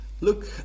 Look